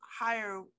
higher